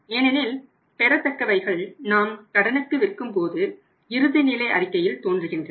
ஏனெனில் பெறத்தக்கவைகள் நாம் கடனுக்கு விற்கும் போது இறுதி நிலை அறிக்கையில் தோன்றுகின்றன